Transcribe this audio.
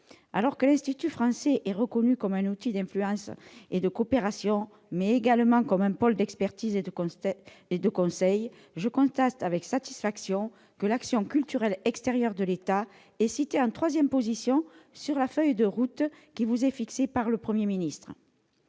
Alors que l'Institut français est reconnu comme un outil d'influence et de coopération, mais également comme un pôle d'expertise et de conseil, je constate avec satisfaction que l'action culturelle extérieure de l'État est citée en troisième position dans la feuille de route qui vous est fixée par le Premier ministre.